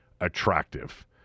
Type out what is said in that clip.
attractive